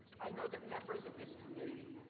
i know that members of this committee